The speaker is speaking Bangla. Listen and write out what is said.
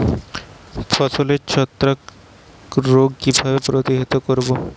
ফসলের ছত্রাক রোগ কিভাবে প্রতিহত করব?